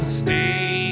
stay